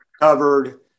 covered